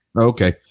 okay